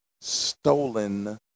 stolen